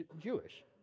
Jewish